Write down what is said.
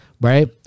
right